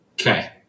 okay